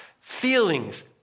feelings